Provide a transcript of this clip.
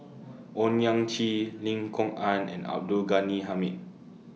Owyang Chi Lim Kok Ann and Abdul Ghani Hamid